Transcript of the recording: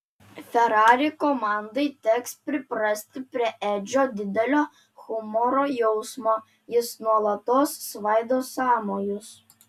ferrari komandai teks priprasti prie edžio didelio humoro jausmo jis nuolatos svaido sąmojus